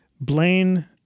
Blaine